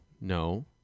no